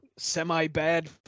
semi-bad